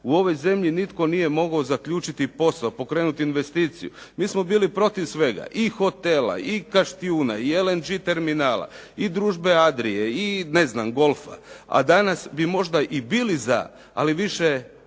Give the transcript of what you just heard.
U ovoj zemlji nitko nije mogao zaključiti posao, pokrenuti investiciju. Mi smo bili protiv svega, i hotela, i "Kaštjuna", i LNG terminala, i "Družbe Adrie" i ne znam golfa a danas bi možda i bili za ali više